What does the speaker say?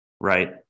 right